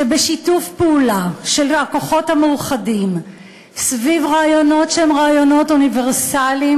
שבשיתוף פעולה של הכוחות המאוחדים סביב רעיונות שהם אוניברסליים,